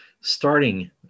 starting